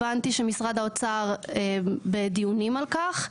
הבנתי שמשרד האוצר בדיונים על כך.